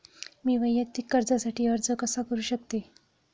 मी वैयक्तिक कर्जासाठी अर्ज कसा करु शकते?